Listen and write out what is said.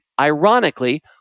Ironically